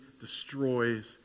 destroys